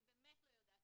אני באמת לא יודעת.